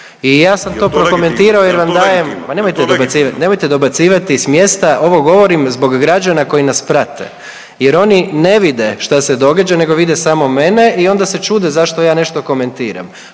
…pa nemojte dobacivat, nemojte dobacivati s mjesta, ovo govorim zbog građana koji nas prate jer oni ne vide šta se događa nego vide samo mene i onda se čude zašto ja nešto komentiram,